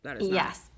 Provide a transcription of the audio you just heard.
Yes